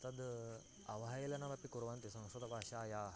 तद् अवहेलनमपि कुर्वन्ति संस्कृतभाषायाः